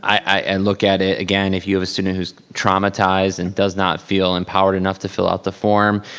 i and look at it again, if you have a student who's traumatized and does not feel empowered enough to fill out the form,